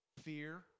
fear